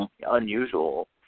unusual